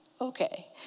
okay